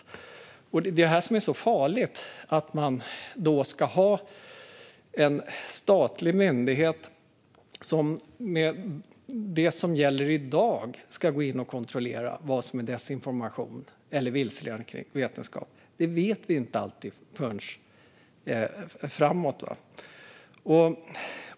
Det är det här som är så farligt med att ha en statlig myndighet som enligt det som gäller i dag ska gå in och kontrollera vad som är desinformation eller vilseledande kring vetenskap. Det vet vi ju inte alltid förrän i framtiden.